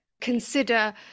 consider